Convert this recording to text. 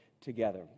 together